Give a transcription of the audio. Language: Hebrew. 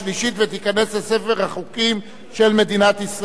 ותיכנס לספר החוקים של מדינת ישראל.